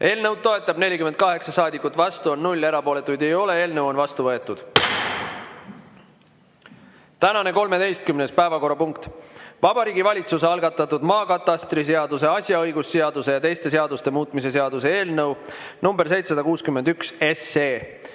Eelnõu toetab 48 saadikut, vastu on 0, erapooletuid ka ei ole. Eelnõu on seadusena vastu võetud. Tänane 13. päevakorrapunkt on Vabariigi Valitsuse algatatud maakatastriseaduse, asjaõigusseaduse ja teiste seaduste muutmise seaduse eelnõu 761